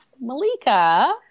Malika